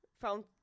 found